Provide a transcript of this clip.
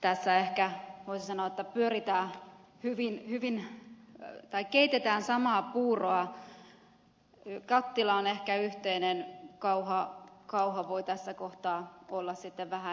tässä ehkä voisi sanoa että keitetään samaa puuroa kattila on ehkä yhteinen kauha voi tässä kohtaa olla sitten vähän erilainen